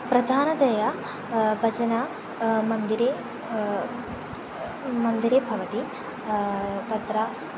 प्रधानतया भजनं मन्दिरे मन्दिरे भवति तत्र